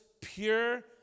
pure